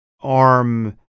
arm